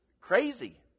crazy